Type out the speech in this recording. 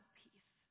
peace